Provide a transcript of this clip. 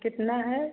कितना है